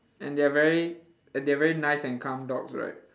and they're very and they're very nice and calm dogs right